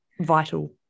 vital